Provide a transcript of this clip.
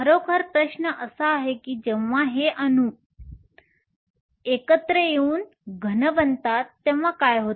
खरोखर प्रश्न असा आहे की जेव्हा हे सर्व अणू एकत्र येऊन घन सॉलिड बनतात तेव्हा काय होते